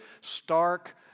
stark